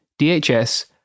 DHS